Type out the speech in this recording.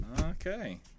okay